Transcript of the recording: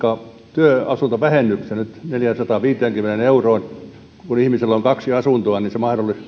työasuntovähennyksen nyt neljäänsataanviiteenkymmeneen euroon kun kun ihmisellä on kaksi asuntoa niin se